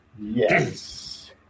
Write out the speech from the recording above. Yes